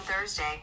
Thursday